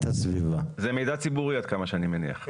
הסביבה זה מידע ציבורי עד כמה שאני מניח.